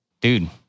Dude